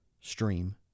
stream